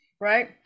Right